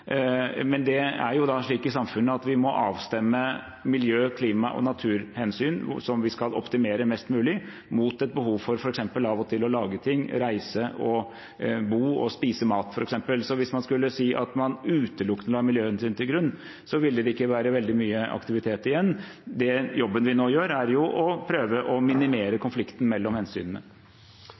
Men det er jo slik i samfunnet at vi må avstemme miljø-, klima- og naturhensyn, som vi skal optimere mest mulig, mot et behov for f.eks. av og til å lage ting, reise, bo og spise mat. Så hvis man skulle si at man utelukkende la miljøhensyn til grunn, ville det ikke være veldig mye aktivitet igjen. Den jobben vi nå gjør, er å prøve å minimere konflikten mellom hensynene.